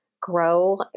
grow